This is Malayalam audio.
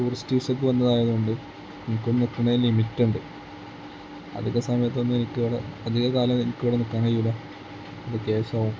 ടൂറിസ്റ്റ് വിസക്ക് വന്നതായത് കൊണ്ട് എനിക്ക് ഒക്കെ നിൽക്കണതിന് ലിമിറ്റ് ഉണ്ട് അധികം സമയത്തൊന്ന് എനിക്ക് ഇവിടെ അധിക കാലം എനിക്കിവിടെ നിൽക്കാൻ കഴിയില്ല അത് കേസാകും